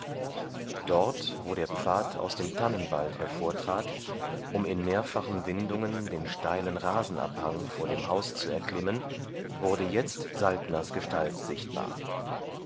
dort wo der pfad aus dem tannenwald hervortrat um in mehrfachen windungen den steilen rasenabhang vor dem haus zu erklimmen wurde jetzt saltners gestalt sichtbar